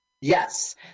Yes